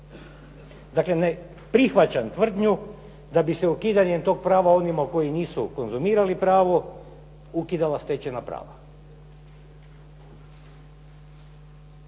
Dakle, ne prihvaćam tvrdnju da bi se ukidanjem toga prava onima koji nisu konzumirali pravo ukidala stečena prava.